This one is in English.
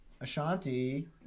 Ashanti